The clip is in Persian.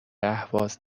اهواز